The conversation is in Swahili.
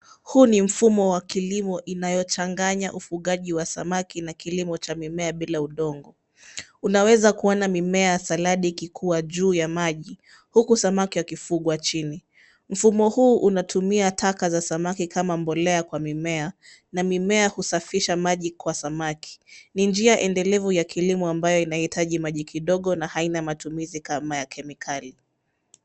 Huu ni mfumo wa kilimo inayochanganya ufugaji wa samaki na kilimo cha mimea bila udongo. Unaweza kuona mimea ya saladi ikikuwa juu ya maji huku samaki wakifungwa chini. Mfumo huu unatumia taka za samaki kama mbolea kwa mimea na mimea ya kusafisha maji kwa samaki. Ni njia endelevu ya kilimo ambayo inahitaji maji kidogo na haina matumizi kama ya kemikali.